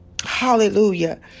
Hallelujah